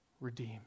redeemed